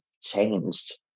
changed